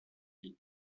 divine